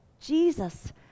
Jesus